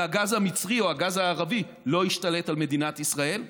והגז המצרי או הגז הערבי לא השתלט על מדינת ישראל,